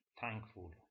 thankful